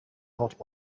not